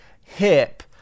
hip